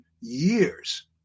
years